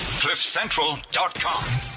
cliffcentral.com